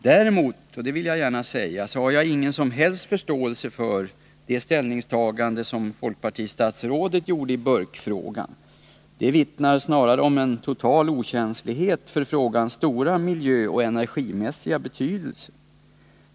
Däremot har jag — det vill jag gärna säga — ingen som helst förståelse för det ställningstagande som folkpartistatsrådet gjorde i burkfrågan. Det vittnar snarare om en total okänslighet för frågans stora miljöoch energimässiga betydelse.